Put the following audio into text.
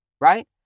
Right